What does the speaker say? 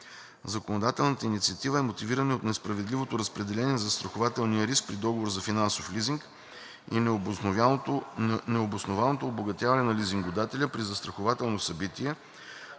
Законодателната инициатива е мотивирана от несправедливото разпределение на застрахователния риск при договор за финансов лизинг и необоснованото обогатяване на лизингодателя при застрахователно събитие,